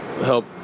help